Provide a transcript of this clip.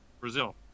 Brazil